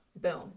Boom